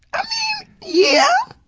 i mean, yeah.